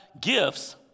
gifts